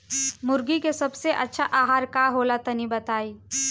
मुर्गी के सबसे अच्छा आहार का होला तनी बताई?